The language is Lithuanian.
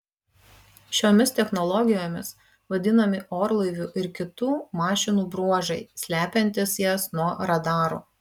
šiomis technologijomis vadinami orlaivių ir kitų mašinų bruožai slepiantys jas nuo radarų